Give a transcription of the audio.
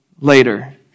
later